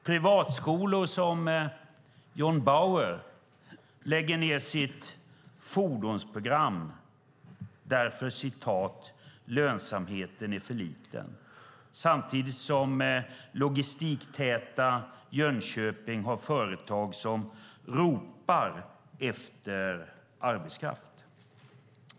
Privatskolor som John Bauer Gymnasiet lägger ned sitt fordonsprogram därför att "lönsamheten är för liten". Samtidigt har logistiktäta Jönköping företag som ropar efter arbetskraft.